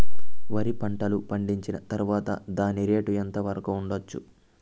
వరి పంటలు పండించిన తర్వాత దాని రేటు ఎంత వరకు ఉండచ్చు